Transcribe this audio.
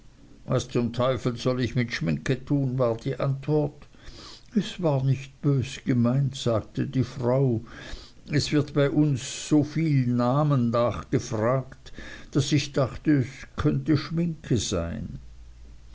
was zum teufel soll ich mit schminke tun war die antwort es war nicht bös gemeint sagte die frau es wird bei uns unter so viel namen danach gefragt daß ich dachte es könnte schminke sein